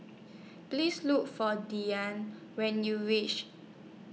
Please Look For when YOU wish